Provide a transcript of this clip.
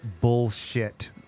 bullshit